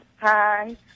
Hi